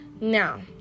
Now